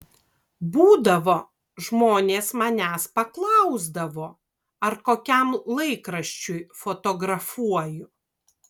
būdavo žmonės manęs paklausdavo ar kokiam laikraščiui fotografuoju